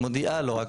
היא מודיעה לו,